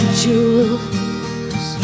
jewels